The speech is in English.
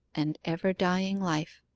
and ever-dying life